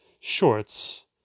shorts